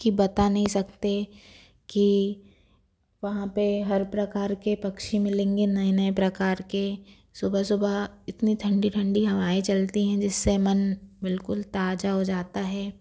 की बता नहीं सकते कि वहाँ पे हर प्रकार के पक्षी मिलेंगे नए नए प्रकार के सुबह सुबह इतनी ठंडी ठंडी हवाएं चलती हैं जिससे मन बिल्कुल ताजा हो जाता है